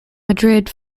madrid